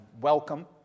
welcome